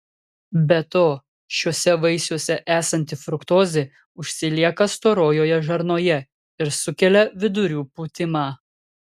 be to šiuose vaisiuose esanti fruktozė užsilieka storojoje žarnoje ir sukelia vidurių pūtimą